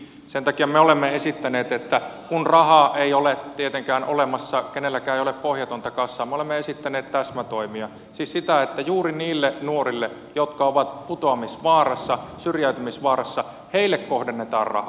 sen takia me olemme esittäneet kun rahaa ei ole tietenkään olemassa kenelläkään ei ole pohjatonta kassaa täsmätoimia siis sitä että juuri niille nuorille jotka ovat putoamisvaarassa syrjäytymisvaarassa kohdennetaan rahaa